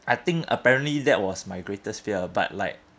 I think apparently that was my greatest fear but like